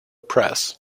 press